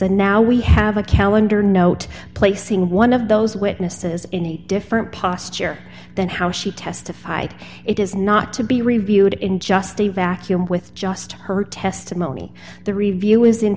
and now we have a calendar note placing one of those witnesses in a different posture than how she testified it is not to be reviewed in just a vacuum with just her testimony the review is in